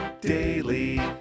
daily